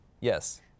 yes